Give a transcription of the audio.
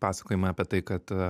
pasakojimai apie tai kad